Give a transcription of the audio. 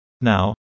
Now